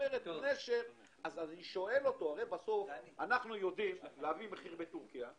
הרי בסוף אנחנו יודעים להביא מחיר לטורקיה.